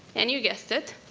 and you guessed it,